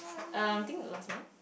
um I think last month